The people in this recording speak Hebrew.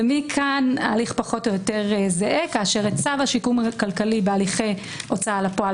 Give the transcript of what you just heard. ומכאן ההליך פחות או יותר זהה כאשר צו שיקום כלכלי בהליכי הוצאה לפועל